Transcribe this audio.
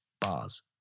Bars